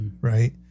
Right